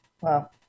Wow